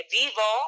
vivo